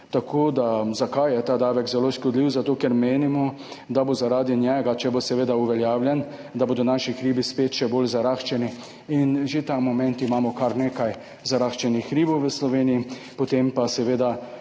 Zakaj je ta davek zelo škodljiv? Zato ker menimo, da bodo zaradi njega, če bo seveda uveljavljen, naši hribi spet še bolj zaraščeni in že ta moment imamo kar nekaj zaraščenih hribov v Sloveniji. Potem pa seveda